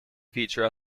future